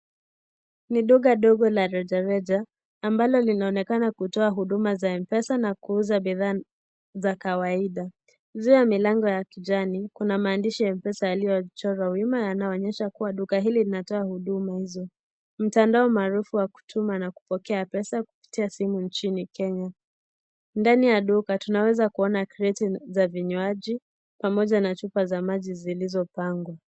Ni duka ndogo la rejareja ambalo linaonekana kutoa huduma za Mpesa na kuuza bidhaa za kawahida nje ya milango ya kijani kuna maandishi ya mpesa yaliyochorwa wima yanaonyesha duka hili linatoa huduma hizo ,mtandao maarufu wa kutuma na kupokea pesa kupitia simu nchini Kenya, ndani ya duka tunaweza kuona kreti za vinywaji pamoja na chupa za maji zilizopangwa.